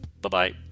Bye-bye